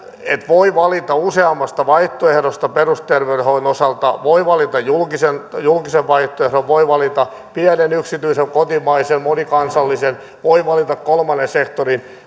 voi valita useammasta vaihtoehdosta perusterveydenhoidon osalta voi valita julkisen julkisen vaihtoehdon voi valita pienen yksityisen kotimaisen monikansallisen voi valita kolmannen sektorin